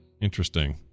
interesting